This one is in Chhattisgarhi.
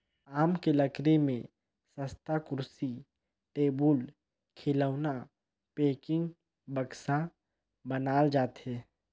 आमा के लकरी में सस्तहा कुरसी, टेबुल, खिलउना, पेकिंग, बक्सा बनाल जाथे